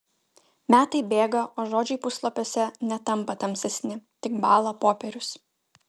metai bėga o žodžiai puslapiuose netampa tamsesni tik bąla popierius